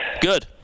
Good